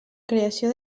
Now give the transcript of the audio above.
creació